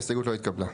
0 ההסתייגות לא התקבלה.